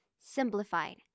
Simplified